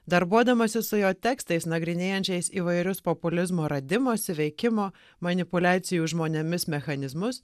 darbuodamasis su jo tekstais nagrinėjančiais įvairius populizmo radimosi veikimo manipuliacijų žmonėmis mechanizmus